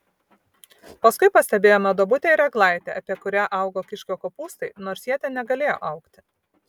paskui pastebėjome duobutę ir eglaitę apie kurią augo kiškio kopūstai nors jie ten negalėjo augti